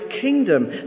kingdom